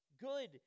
good